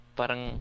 parang